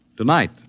Tonight